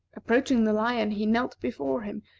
approaching the lion, he knelt before him,